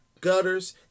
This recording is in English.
gutters